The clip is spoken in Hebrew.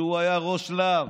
שהיה ראש להב,